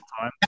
time